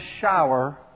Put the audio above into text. shower